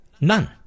None